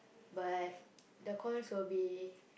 but the cons will be